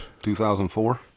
2004